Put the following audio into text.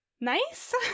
nice